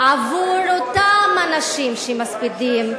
עבור אותם אנשים שמספידים,